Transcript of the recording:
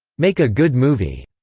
make a good movie.